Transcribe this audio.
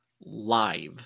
Live